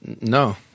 no